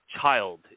child